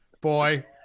Boy